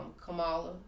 Kamala